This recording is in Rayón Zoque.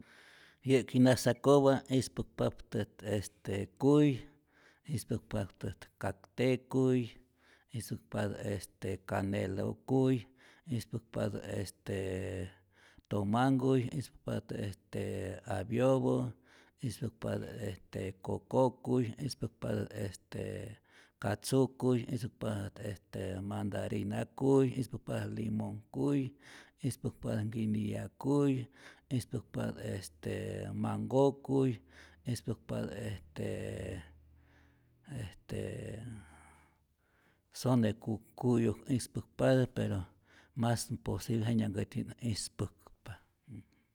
Yä'ki nasakopak ispäkpaptät este kuy, ispäkpaptät kakte kuy, ispäkpatä este kanelo kuy, ispäkpatä est tomanhkuy, ispäkpatät estee apyopä, ispäkpatät coco kuy, ispäkpatät este katzu kuy, ispäkpatät este mandarina kuy, ispäkpatät limonh kuy, ispäkpatät nkiniya kuy, ispäkpatät manhko kuy, ispäkpatät est estee sone ku ku'yok ispakpatät pero mas posible jenyanhkätyität ispäkpa.